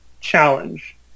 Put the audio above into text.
challenge